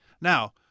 Now